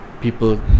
people